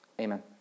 amen